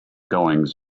goings